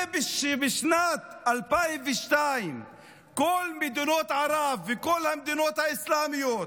זה שבשנת 2002 כל מדינות ערב וכל המדינות האסלאמיות